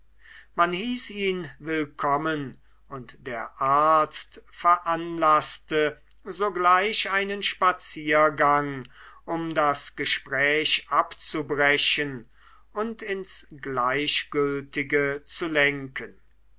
man hieß ihn willkommen und der arzt veranlaßte sogleich einen spaziergang um das gespräch abzubrechen und ins gleichgültige zu lenken